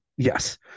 Yes